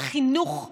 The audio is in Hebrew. החינוך היהודי.